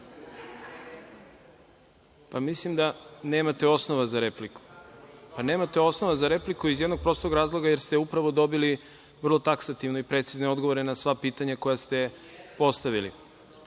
s mesta: Replika.)Mislim da nemate osnova za repliku iz jednog prostog razloga, jer ste upravo dobili vrlo taksativne i precizne odgovore na sva pitanja koja ste postavili.